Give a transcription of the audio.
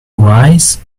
wise